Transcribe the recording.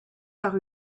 par